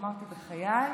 אמרתי: בחיי,